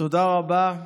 תודה רבה,